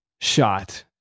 shot